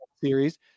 series